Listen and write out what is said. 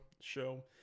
show